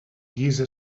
guisa